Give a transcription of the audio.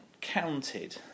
counted